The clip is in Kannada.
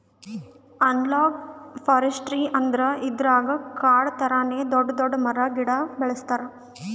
ಅನಲಾಗ್ ಫಾರೆಸ್ಟ್ರಿ ಅಂದ್ರ ಇದ್ರಾಗ್ ಕಾಡ್ ಥರಾನೇ ದೊಡ್ಡ್ ದೊಡ್ಡ್ ಮರ ಗಿಡ ಬೆಳಸ್ತಾರ್